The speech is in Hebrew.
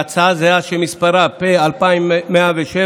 והצעה זהה שמספרה פ/2107,